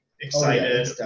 excited